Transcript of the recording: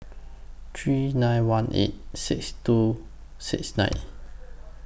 three nine one eight six two six nine